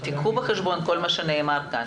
קחו בחשבון כל מה שנאמר כאן.